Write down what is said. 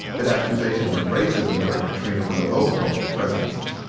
that accusations of racism during katrina were the low point of his presidency.